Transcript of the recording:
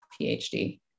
PhD